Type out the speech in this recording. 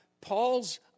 Paul's